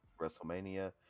WrestleMania